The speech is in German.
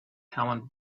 hermann